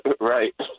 Right